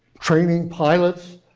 training pilots.